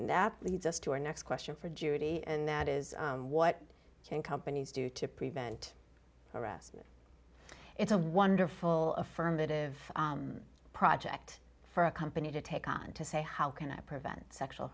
that leads us to our next question for judy and that is what can companies do to prevent arrest it's a wonderful affirmative project for a company to take on to say how can i prevent sexual